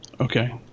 Okay